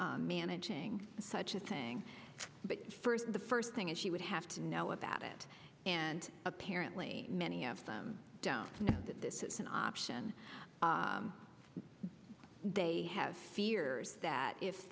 managing such a thing but first the first thing is she would have to know about it and apparently many of them don't know that this is an option they have a fear that if